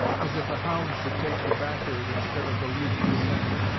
as if a hound should take the back'ard instead of the leading scent.